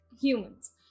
humans